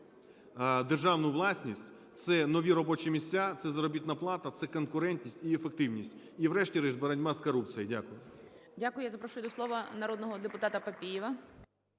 державну власністю – це нові робочі місця, це заробітна плата, це конкурентність і ефективність, і, врешті-решт, боротьба з корупцією. Дякую. ГОЛОВУЮЧИЙ. Дякую. Я запрошую до слова народного депутата Папієва.